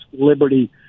liberty